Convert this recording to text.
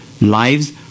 lives